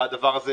והדבר הזה